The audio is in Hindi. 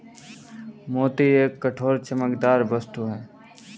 मोती एक कठोर, चमकदार वस्तु है